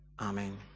Amen